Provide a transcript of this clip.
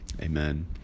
Amen